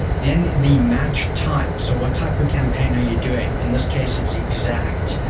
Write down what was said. then the match type. so, what type of campaign are you doing? in this case, it's exact,